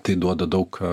tai duoda daug